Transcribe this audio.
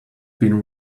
been